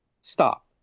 Stop